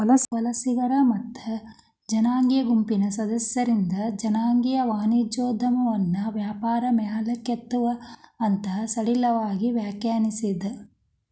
ವಲಸಿಗರ ಮತ್ತ ಜನಾಂಗೇಯ ಗುಂಪಿನ್ ಸದಸ್ಯರಿಂದ್ ಜನಾಂಗೇಯ ವಾಣಿಜ್ಯೋದ್ಯಮವನ್ನ ವ್ಯಾಪಾರ ಮಾಲೇಕತ್ವ ಅಂತ್ ಸಡಿಲವಾಗಿ ವ್ಯಾಖ್ಯಾನಿಸೇದ್